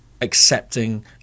accepting